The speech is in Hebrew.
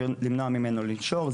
למנוע ממנו לנשור.